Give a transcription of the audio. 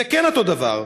זה כן אותו דבר.